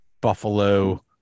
Buffalo